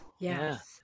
yes